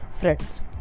friends